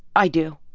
i do.